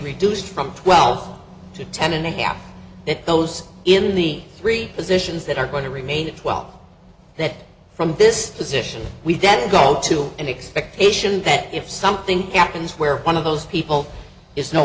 reduced from twelve to ten and a half that those in the three positions that are going to remain at twelve that from this position we did go to an expectation that if something happens where one of those people is no